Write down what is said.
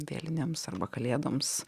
vėlinėms arba kalėdoms